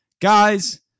Guys